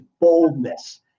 boldness